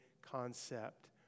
concept